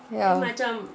ya